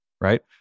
right